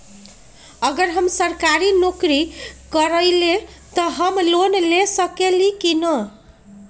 अगर हम सरकारी नौकरी करईले त हम लोन ले सकेली की न?